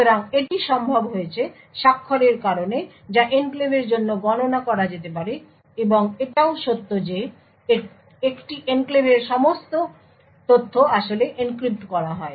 সুতরাং এটি সম্ভব হয়েছে স্বাক্ষরের কারণে যা এনক্লেভের জন্য গণনা করা যেতে পারে এবং এটাও সত্য যে একটি এনক্লেভের সমস্ত তথ্য আসলে এনক্রিপ্ট করা হয়